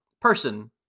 person